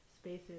spaces